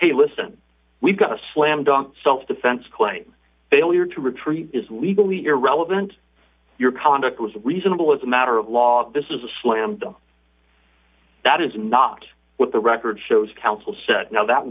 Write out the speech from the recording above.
hey listen we've got a slam dunk self defense claim failure to retrieve is legally irrelevant your conduct was reasonable as a matter of law this is a slam dunk that is not what the record shows counsel said no that